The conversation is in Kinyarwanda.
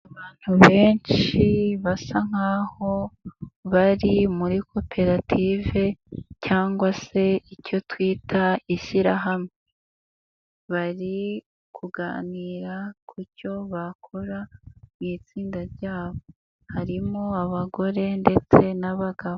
Abantu benshi basa nk'aho bari muri koperative cyangwa se icyo twita ishyirahamwe, bari kuganira ku cyo bakora mu itsinda ryabo, harimo abagore ndetse n'abagabo.